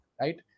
right